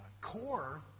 core